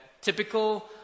typical